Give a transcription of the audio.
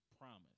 promise